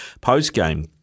post-game